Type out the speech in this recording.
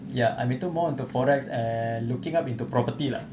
ya I'm into more onto forex err looking up into property lah